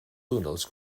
túnels